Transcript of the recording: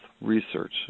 research